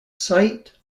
sight